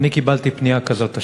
אני קיבלתי פנייה כזאת השבוע,